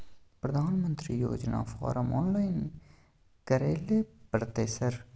प्रधानमंत्री योजना form online करैले परतै सर?